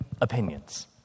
opinions